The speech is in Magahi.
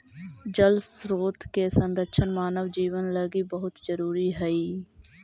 जल स्रोत के संरक्षण मानव जीवन लगी बहुत जरूरी हई